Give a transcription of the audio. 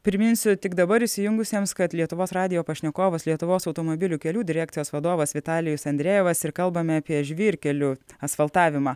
priminsiu tik dabar įsijungusiems kad lietuvos radijo pašnekovas lietuvos automobilių kelių direkcijos vadovas vitalijus andrejevas ir kalbame apie žvyrkelių asfaltavimą